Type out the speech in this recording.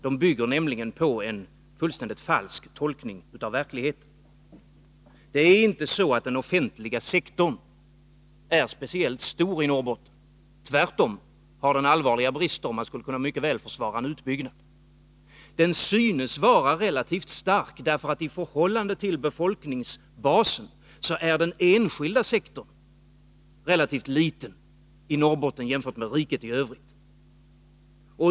De bygger nämligen på en fullständigt falsk tolkning av verkligheten. Den offentliga sektorn är inte speciellt stor i Norrbotten. Tvärtom har den allvarliga brister, och man skulle mycket väl kunna försvara en utbyggnad. Den synes vara relativt stark, därför att i förhållande till befolkningsbasen är den enskilda sektorn relativt liten i Norrbotten jämfört med riket i övrigt.